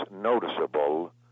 noticeable